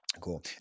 Cool